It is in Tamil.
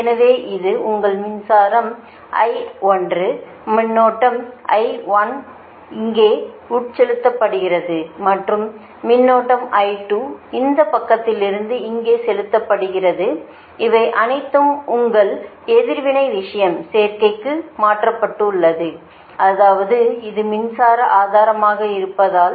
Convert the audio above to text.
எனவே இது உங்கள் மின்சாரம் மின்னோட்டம் இங்கே உட்செலுத்தப்படுகிறது மற்றும் மின்னோட்டம் இந்த பக்கத்திலிருந்து இங்கே செலுத்தப்படுகிறது இவை அனைத்தும் உங்கள் எதிர்வினை விஷயம் சேர்க்கைக்கு மாற்றப்பட்டுள்ளது அதாவது இது மின்சார ஆதாரமாக இருப்பதால்